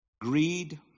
Greed